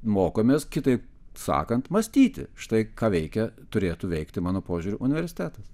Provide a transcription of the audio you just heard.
mokomės kitaip sakant mąstyti štai ką veikia turėtų veikti mano požiūriu universitetas